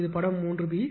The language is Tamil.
இது படம் 3 பி